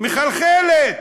מחלחלת.